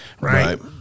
right